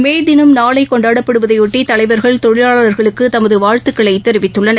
மேதினம் நாளைகொண்டாடப்படுவதையொட்டி தலைவர்கள் தொழிலாளர்களுக்குதமதுவாழ்த்துக்களைதெரிவித்துள்ளனர்